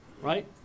right